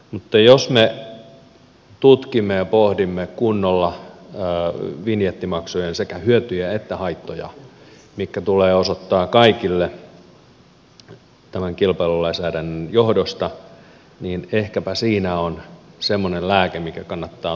mutta jos me tutkimme ja pohdimme kunnolla sekä vinjettimaksujen hyötyjä että niiden haittoja mitkä tulee osoittaa kaikille tämän kilpailulainsäädännön johdosta niin ehkäpä siinä on semmoinen lääke mikä kannattaa ottaa käyttöön